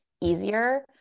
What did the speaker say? easier